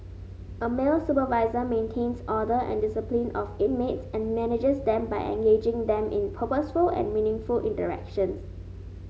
a male supervisor maintains order and discipline of inmates and manages them by engaging them in purposeful and meaningful interactions